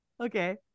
Okay